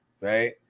right